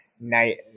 night